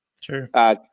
Sure